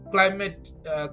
Climate